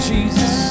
Jesus